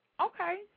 Okay